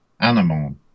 animal